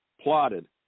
plotted